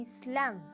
islam